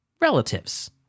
relatives